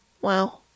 Wow